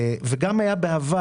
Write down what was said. הייתה גם בעבר,